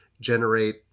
generate